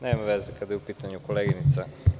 Nema veze, kada je u pitanju koleginica.